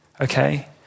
Okay